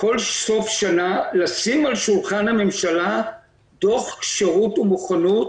כל סוף שנה לשים על שולחן הממשלה דוח כשירות ומוכנות